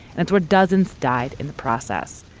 that's where dozens died in the process.